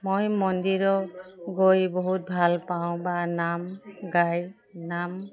মই মন্দিৰ গৈ বহুত ভাল পাওঁ বা নাম গাই নাম